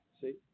see